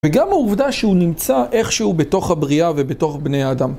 וגם העובדה שהוא נמצא איכשהו בתוך הבריאה ובתוך בני האדם.